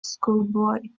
schoolboy